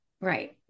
Right